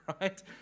right